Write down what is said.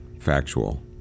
factual